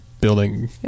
building